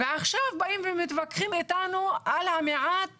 ועכשיו באים ומתווכים איתנו על המעט